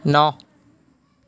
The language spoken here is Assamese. ন